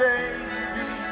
baby